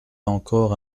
encore